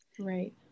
Right